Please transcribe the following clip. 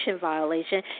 violation